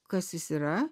kas jis yra